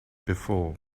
before